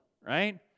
right